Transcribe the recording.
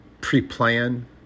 pre-plan